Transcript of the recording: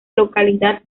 localidad